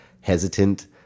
hesitant